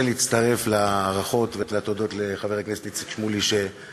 שמציף לנו כל הזמן את הבעיות האלה,